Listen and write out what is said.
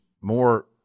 more